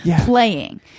playing